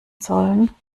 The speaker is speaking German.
sollen